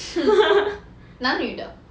男女的